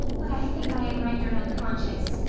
but i think i am rendered unconscious.